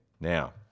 Now